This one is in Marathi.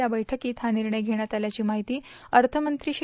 या बैठक्रीत हा निर्णय घेण्यात आल्याची माहिती अर्यमंत्री श्री